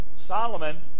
Solomon